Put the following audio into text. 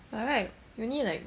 but right uni like